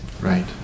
Right